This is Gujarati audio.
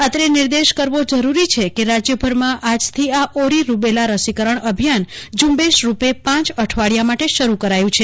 અત્રે નિર્દેશ કરવો જરૂરી છે કે રાજ્યભરમાં આજથી આ ઓરી રૂબેલા રસીકરણ અભિયાન ઝુંબેશરૂપ પાંચ અઠવાડીયા માટે શરૂ કરાયું છે